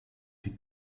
die